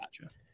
gotcha